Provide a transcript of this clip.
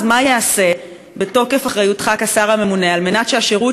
מה ייעשה בתוקף אחריותך כשר הממונה על מנת שהשירות